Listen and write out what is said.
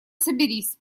соберись